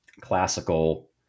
classical